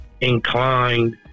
inclined